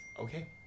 Okay